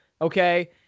okay